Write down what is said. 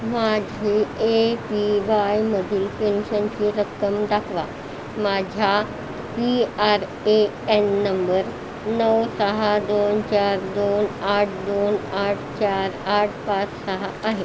माझी A P वायमधील पेन्शनची रक्कम दाखवा माझा P R A N number नऊ सहा दोन चार दोन आठ दोन आठ चार आठ पाच सहा आहे